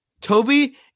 Toby